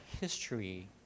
history